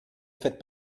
faites